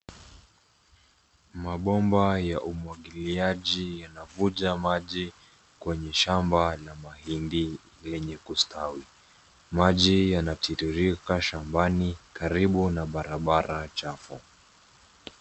Mabomba ya umwagiliaji yana vuja maji kwenye shamba la mahindi lenye kustawi. Maji yanatiririka shambani karibu na barabara chafu.